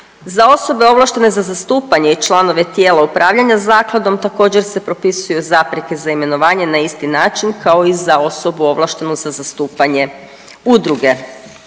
Za osobe ovlaštene za zastupanje i članove tijela upravljanja zakladom također se propisuju zapreke za imenovanje na isti način kao i za osobu ovlaštenu za zastupanje udruge.